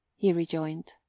he rejoined.